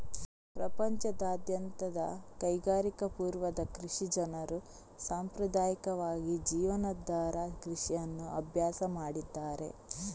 ಪ್ರಪಂಚದಾದ್ಯಂತದ ಕೈಗಾರಿಕಾ ಪೂರ್ವದ ಕೃಷಿ ಜನರು ಸಾಂಪ್ರದಾಯಿಕವಾಗಿ ಜೀವನಾಧಾರ ಕೃಷಿಯನ್ನು ಅಭ್ಯಾಸ ಮಾಡಿದ್ದಾರೆ